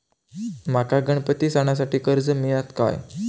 माका गणपती सणासाठी कर्ज मिळत काय?